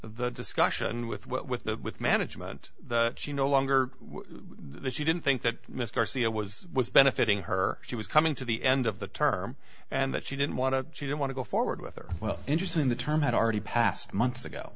the discussion with what with the with management she no longer the she didn't think that mr c e o was benefiting her she was coming to the end of the term and that she didn't want to she didn't want to go forward with her well interest in the term had already passed months ago